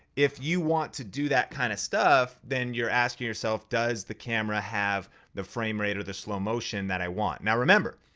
if you want to do that kind of stuff, then you're asking yourself, does the camera have the frame rate or the slow motion that i want. now remember,